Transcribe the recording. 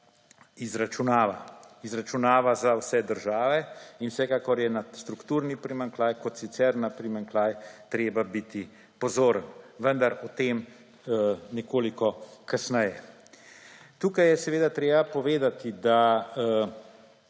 primanjkljaj izračunava za vse države. In vsekakor je na strukturni primanjkljaj, kot sicer na primanjkljaj, treba biti pozoren, vendar o tem nekoliko kasneje. Tu je treba povedati, da